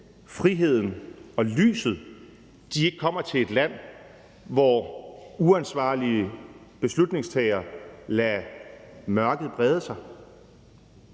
friheden og lyset, ikke kommer til et land, hvor uansvarlige beslutningstagere lader mørket brede sig.